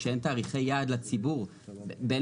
כאשר אין תאריכי יעד לציבור שאומרים מתי פותחים